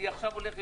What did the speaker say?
עכשיו אני הולך,